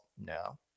no